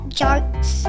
jokes